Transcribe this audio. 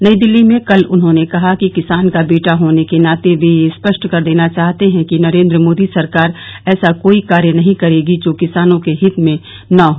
नई दिल्ली में कल उन्होंने कहा कि किसान का बेटा होने के नाते वे यह स्पष्ट कर देना चाहते हैं कि नरेन्द्र मोदी सरकार ऐसा कोई कार्य नहीं करेगी जो किसानों के हित में न हो